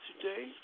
today